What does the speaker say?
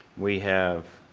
we have